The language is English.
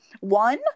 One